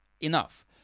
Enough